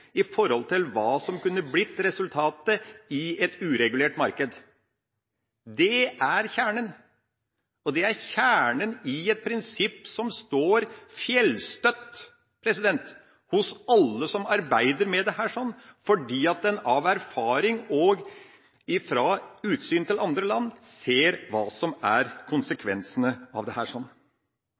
i forhold til hva som kunne blitt resultatet i et uregulert marked. Dette er kjernen, og det er kjernen i et prinsipp som står fjellstøtt hos alle som arbeider med dette, fordi man av erfaring og etter å ha sett til andre land, ser hva som er konsekvensene av